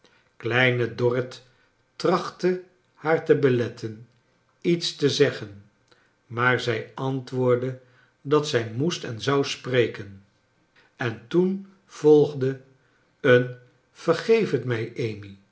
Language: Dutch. kleine dorrit traclitte haar te belettea iets te zeggen maar zij antwoordde dat zij moest en zou spreken en toen volgde een vergeef het mij amy